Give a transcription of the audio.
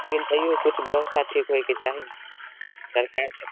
लेकिन तैयो किछु व्यवस्था ठीक होइके चाही ने सरकारके